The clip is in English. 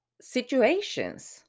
situations